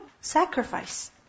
sacrifice